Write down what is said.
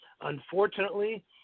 Unfortunately